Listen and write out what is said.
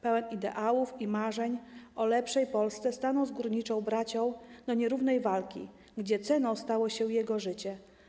Pełen ideałów i marzeń o lepszej Polsce stanął z górniczą bracią do nierównej walki, gdzie ceną stało się jego życie.